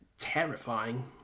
terrifying